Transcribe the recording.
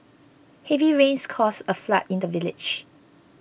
heavy rains caused a flood in the village